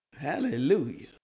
Hallelujah